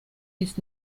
ist